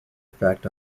effect